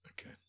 Okay